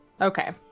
Okay